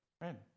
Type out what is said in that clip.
Right